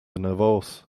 anavos